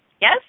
Yes